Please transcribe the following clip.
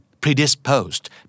predisposed